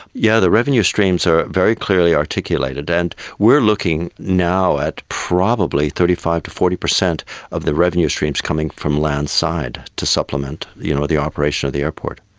yeah the revenue streams are very clearly articulated, and we're looking now at probably thirty percent to forty percent of the revenue streams coming from land side to supplement the you know the operation of the airport.